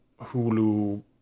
Hulu